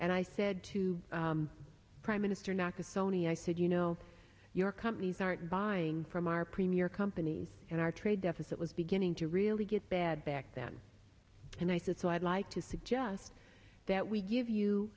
and i said to prime minister nakasone i said you know your companies aren't buying from our premier companies and our trade deficit was beginning to really get bad back then and i said so i'd like to suggest that we give you